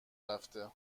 رفته